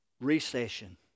recession